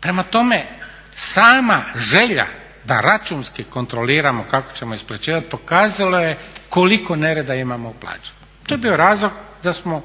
Prema tome, sama želja da računski kontroliramo kako ćemo isplaćivati pokazalo je koliko nereda imamo u plaćama. To je bio razlog da smo